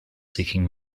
seeking